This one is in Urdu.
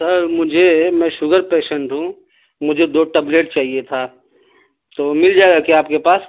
سر مجھے میں شوگر پییشنٹ ہوں مجھے دو ٹبلیٹ چاہیے تھا تو مل جائے گا کیا آپ کے پاس